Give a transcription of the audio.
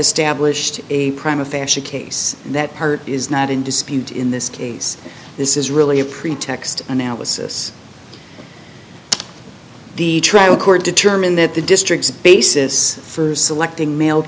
established a crime of fashion case that is not in dispute in this case this is really a pretext analysis the trial court determined that the district's basis for selecting male